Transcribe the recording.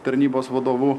tarnybos vadovu